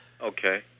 Okay